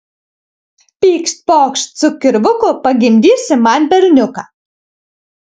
pykšt pokšt su kirvuku pagimdysi man berniuką